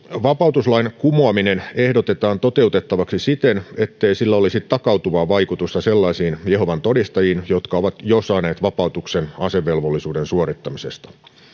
vapautuslain kumoaminen ehdotetaan toteutettavaksi siten ettei sillä olisi takautuvaa vaikutusta sellaisiin jehovan todistajiin jotka ovat jo saaneet vapautuksen asevelvollisuuden suorittamisesta